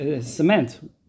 Cement